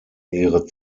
ihre